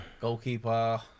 Goalkeeper